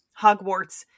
Hogwarts